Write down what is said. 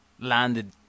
landed